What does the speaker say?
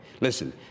Listen